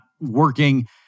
working